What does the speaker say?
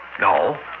No